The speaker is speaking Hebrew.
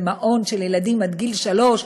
במעון של ילדים עד גיל שלוש,